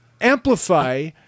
amplify